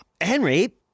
Henry